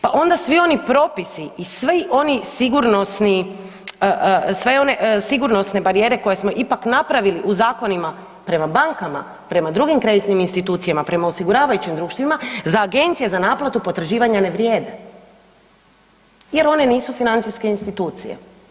Pa onda svi oni propisi i svi oni sigurnosni, sve one sigurnosne barijere koje smo ipak napravili u zakonima, prema bankama, prema drugim kreditnim institucijama, prema osiguravajućim društvima, za agencije za naplatu potraživanja ne vrijede jer one nisu financijske institucije.